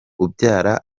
ubyara